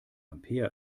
ampere